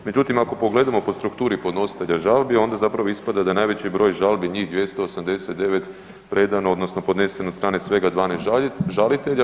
Međutim, ako pogledamo po strukturi podnositelja žalbi, onda zapravo ispada da najveći broj žalbi, njih 289 predano odnosno podneseno od svega 12 žalitelja.